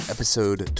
Episode